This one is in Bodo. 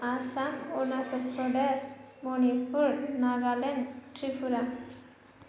आसाम अरुणाचल प्रदेश मणिपुर नागालेण्ड त्रिपुरा